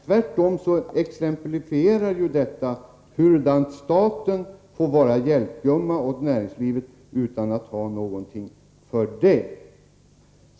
Tvärtom exemplifierar detta hur staten får vara hjälpgumma åt näringslivet utan att få någonting för det.